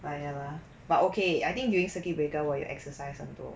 but ya lah but okay I think during circuit breaker 我有 exercise 很多